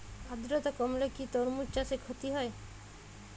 আদ্রর্তা কমলে কি তরমুজ চাষে ক্ষতি হয়?